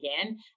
again